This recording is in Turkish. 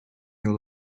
yol